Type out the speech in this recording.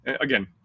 again